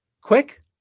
quick